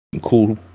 Cool